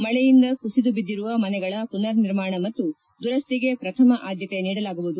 ಮಳೆಯಿಂದ ಕುಸಿದು ಬಿದ್ದಿರುವ ಮನೆಗಳ ಪುನರ್ ನಿರ್ಮಾಣ ಮತ್ತು ದುರಸ್ತಿಗೆ ಶ್ರಥಮ ಆದ್ಯತೆ ನೀಡಲಾಗುವುದು